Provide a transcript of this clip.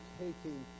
taking